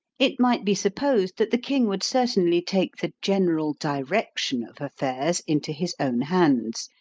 it might be supposed that the king would certainly take the general direction of affairs into his own hands,